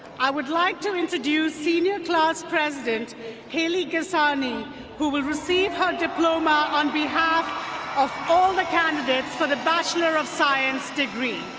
i would like to introduce senior class president haley ghesani who will receive her diploma on behalf of all the candidates for the bachelor of science degree.